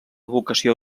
vocació